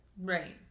right